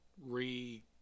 re